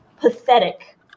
pathetic